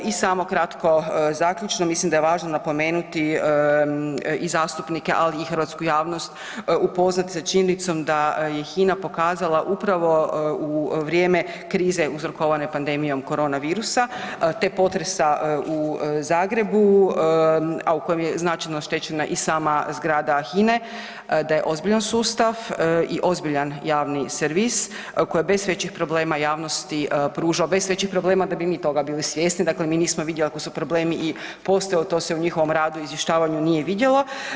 I samo kratko zaključno, mislim da je važno napomenuti i zastupnike, ali hrvatsku javnost upoznati s činjenicom da je HINA pokazala upravo u vrijeme krize uzrokovane pandemijom korona virusa te potresa u Zagrebu, a u kojem je značajno oštećena i sama zgrada HINA-e da je ozbiljan sustav i ozbiljan javni servis koji bez većih problema javnosti pružao, bez većih problema da bi mi toga bili svjesni, dakle mi nismo vidjeli ako su problemi i postojali to se u njihovom radu i izvještavanju nije vidjelo.